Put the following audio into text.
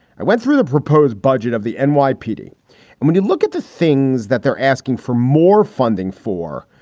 i went through the proposed budget of the and nypd and when you look at the things that they're asking for more funding for,